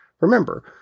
Remember